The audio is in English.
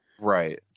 Right